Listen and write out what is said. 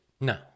No